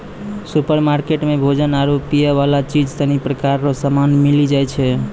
supermarket मे भोजन आरु पीयवला चीज सनी प्रकार रो समान मिली जाय छै